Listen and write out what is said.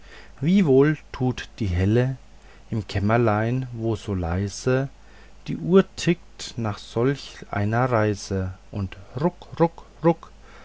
wie wohl tut die helle im kämmerlein wo so leise die uhr tickt nach solch einer reise und ruck ruck ruck